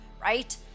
right